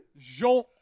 Jean